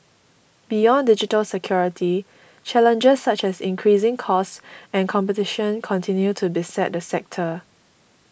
beyond digital security challenges such as increasing costs and competition continue to beset the sector